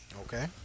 Okay